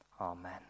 amen